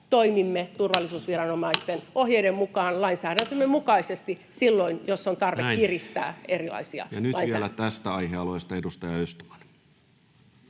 toimimme turvallisuusviranomaisten ohjeiden mukaan, lainsäädäntömme mukaisesti silloin, jos on tarve kiristää erilaisia lainsäädäntöjä. Näin. — Ja nyt vielä tästä aihealueesta, edustaja Östman.